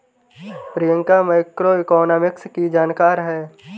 Priyanka macroeconomics की जानकार है